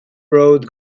road